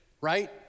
right